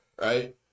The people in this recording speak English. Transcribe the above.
right